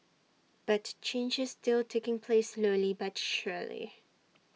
but change is still taking place slowly but surely